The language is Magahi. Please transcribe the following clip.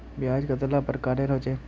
ब्याज कतेला प्रकारेर होचे?